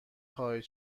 خواهید